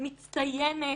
מצטיינת,